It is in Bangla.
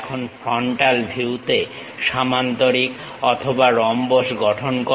এখন ফ্রন্টাল ভিউ তে সামন্তরিক অথবা রম্বস গঠন করো